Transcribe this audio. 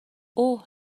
اوه